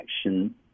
action